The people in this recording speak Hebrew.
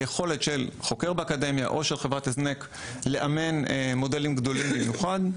היכולת של חוקר באקדמיה או של חברות הזנק לאמן מודלים גדולים במיוחד,